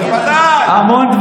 בוודאי.